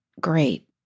great